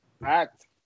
Fact